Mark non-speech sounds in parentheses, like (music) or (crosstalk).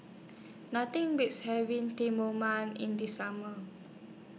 Nothing Beats having (unintelligible) in The Summer